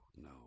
no